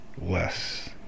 less